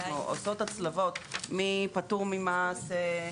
אנחנו עושות הצלבות - מי פטור ממס,